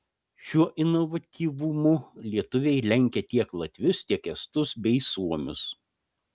šiuo inovatyvumu lietuviai lenkia tiek latvius tiek estus bei suomius